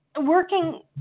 working